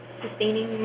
sustaining